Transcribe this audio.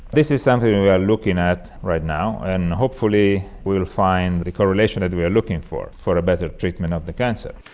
this is something we are looking at right now, and hopefully we will find the correlation that we are looking for, for a better treatment of the cancer.